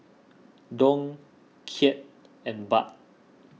Dong Kyat and Baht